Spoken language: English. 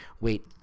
wait